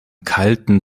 kalten